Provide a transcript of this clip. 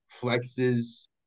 flexes